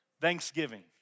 thanksgiving